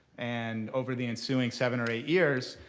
and over the ensuing seven or eight years,